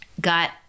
got